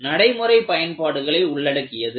அவை நடைமுறை பயன்பாடுகளை உள்ளடக்கியது